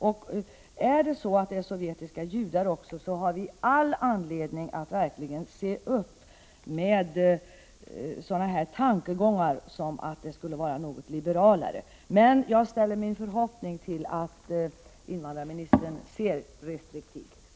Gäller det även sovjetiska judar har vi all anledning att verkligen se upp med sådana här tankegångar om att systemet skulle ha blivit något liberalare. Jag ställer dock min förhoppning till att invandrarministern ser restriktivt på detta.